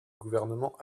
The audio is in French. gouvernement